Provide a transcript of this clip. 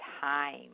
time